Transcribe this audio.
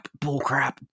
Bullcrap